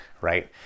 right